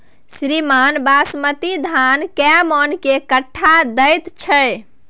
श्रीमान बासमती धान कैए मअन के कट्ठा दैय छैय?